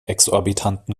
exorbitanten